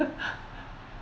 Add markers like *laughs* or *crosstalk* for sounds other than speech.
*laughs*